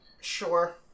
Sure